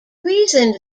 reasoned